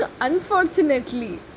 unfortunately